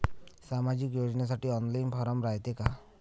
सामाजिक योजनेसाठी online form रायते का?